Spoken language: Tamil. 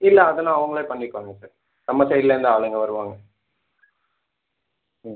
இல்லை அதெல்லாம் அவங்களே பண்ணிக்குவாங்கள் சார் நம்ம சைட்லேருந்து ஆளுங்க வருவாங்க ம்